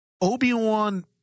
Obi-Wan